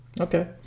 okay